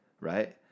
right